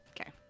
Okay